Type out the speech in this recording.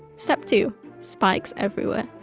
step two spikes everywhere